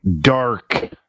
dark